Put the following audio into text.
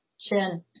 Chin